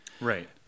right